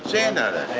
and